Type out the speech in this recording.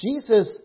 Jesus